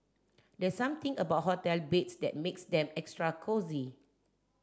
there's something about hotel beds that makes them extra cosy